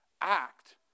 act